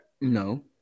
No